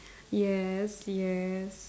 yes yes